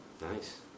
Nice